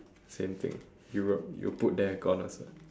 same thing Europe you put there gone also